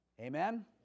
Amen